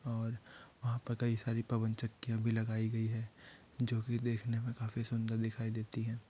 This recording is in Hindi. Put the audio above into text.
और वहाँ पर कई सारी पवन चक्कियाँ भी लगाई गई है जो भी देखने में काफ़ी सुन्दर दिखाई देती हैं